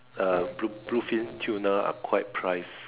uh blue blue fin tuna are quite price